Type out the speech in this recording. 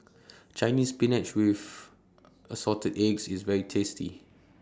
Chinese Spinach with Assorted Eggs IS very tasty